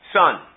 son